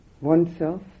oneself